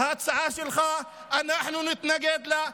ההצעה שלך, אנחנו נתנגד לה.